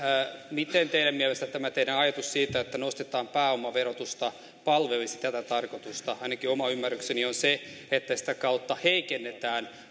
miten teidän mielestänne tämä teidän ajatuksenne siitä että nostetaan pääomaverotusta palvelisi tätä tarkoitusta ainakin oma ymmärrykseni on se että sitä kautta heikennetään